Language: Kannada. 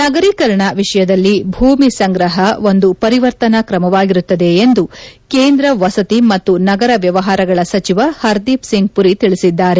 ನಗರೀಕರಣ ವಿಷಯದಲ್ಲಿ ಭೂಮಿ ಸಂಗ್ರಹ ಒಂದು ಪರಿವರ್ತನಾ ಕ್ರಮವಾಗಿರುತ್ತದೆ ಎಂದು ಕೇಂದ್ರ ವಸತಿ ಮತ್ತು ನಗರ ವ್ಯವಹಾರಗಳ ಸಚಿವ ಪರದೀಪ್ ಸಿಂಗ್ ಪುರಿ ತಿಳಿಸಿದ್ದಾರೆ